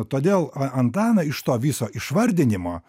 todėl a antaną iš to viso išvardinimo